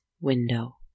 window